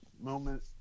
moment